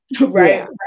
right